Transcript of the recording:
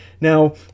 Now